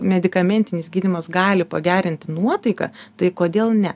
medikamentinis gydymas gali pagerinti nuotaiką tai kodėl ne